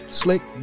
slick